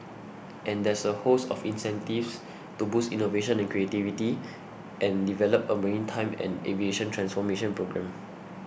and there's a host of incentives to boost innovation and creativity and develop a maritime and aviation transformation programme